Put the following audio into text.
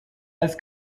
als